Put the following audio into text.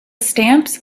stamps